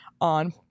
on